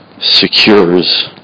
secures